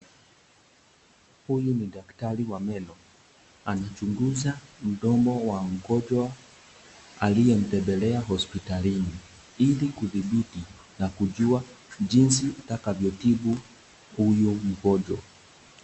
Huyu ni daktari wa meno anachunguza mdomo wa mgonjwa aliye mtembelea hospitalini ili kudhibiti na kujua jinsi atakavyo tibu huyu mgonjwa.